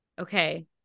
okay